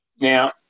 Now